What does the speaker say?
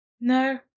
No